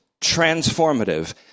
transformative